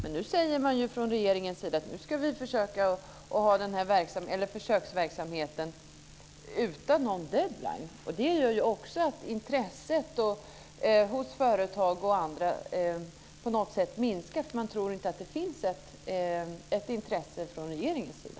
Nu säger regeringen att man ska försöka ha den här försöksverksamheten utan någon deadline. Det gör att intresset hos företag och andra minskar eftersom man inte tror att det finns något intresse från regeringens sida.